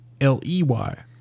L-E-Y